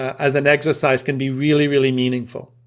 as an exercise can be really, really meaningful.